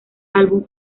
álbum